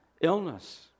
illness